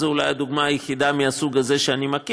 זו אולי הדוגמה היחידה מהסוג הזה שאני מכיר.